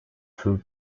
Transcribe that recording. sus